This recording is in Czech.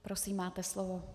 Prosím, máte slovo.